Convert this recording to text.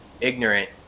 ignorant